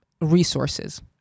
resources